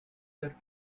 her